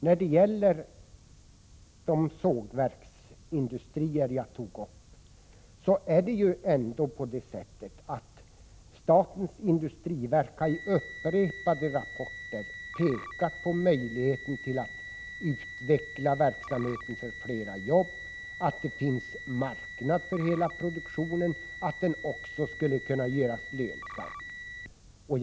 När det gäller de sågverksindustrier jag tog upp är det så att statens industriverk i flera rapporter har pekat på möjligheten att utveckla verksamheten för att skapa flera jobb — att det finns marknad för hela produktionen, och det hela skulle kunna göras lönsamt.